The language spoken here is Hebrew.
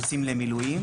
יוצאים למילואים.